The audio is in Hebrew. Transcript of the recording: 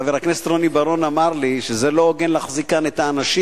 חבר הכנסת רוני בר-און אמר לי שזה לא הוגן להחזיק כאן את האנשים,